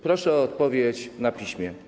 Proszę o odpowiedź na piśmie.